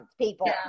people